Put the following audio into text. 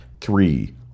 Three